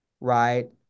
right